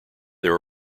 there